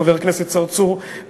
חבר הכנסת צרצור,